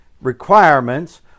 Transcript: requirements